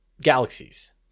galaxies